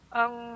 ang